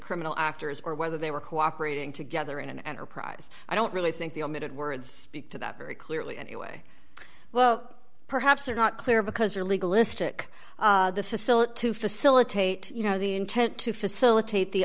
criminal actors or whether they were cooperating together in an enterprise i don't really think the omitted words speak to that very clearly anyway well perhaps they're not clear because they're legal istook the facility to facilitate you know the intent to facilitate the